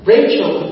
Rachel